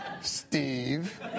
steve